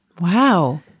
Wow